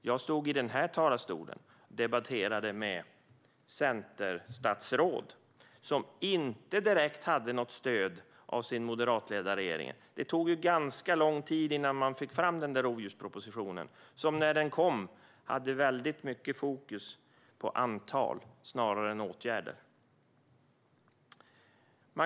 Jag stod i denna talarstol och debatterade med ett centerstatsråd som inte hade något stöd av den moderatledda regeringen. Det tog ganska lång tid innan man fick fram rovdjurspropositionen, som när den kom hade fokus på antal snarare än åtgärder.